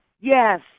yes